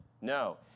No